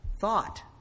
thought